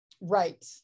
right